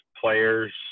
players